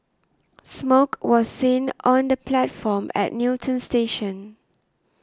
smoke was seen on the platform at Newton station